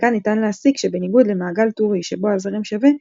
מכאן ניתן להסיק שבניגוד למעגל טורי שבו הזרם שווה,